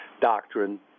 doctrine